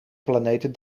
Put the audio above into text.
planeten